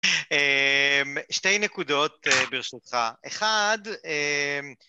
שתי נקודות ברשותך, אחד